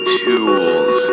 tools